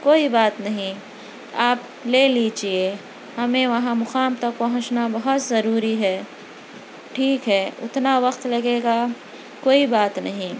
کوئی بات نہیں آپ لے لیجیے ہمیں وہاں مقام تک پہنچنا بہت ضروری ہے ٹھیک ہے اتنا وقت لگے گا کوئی بات نہیں